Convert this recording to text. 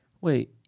wait